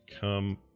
come